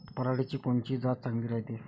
पऱ्हाटीची कोनची जात चांगली रायते?